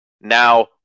now